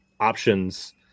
Options